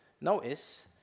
notice